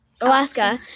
Alaska